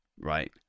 right